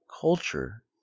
culture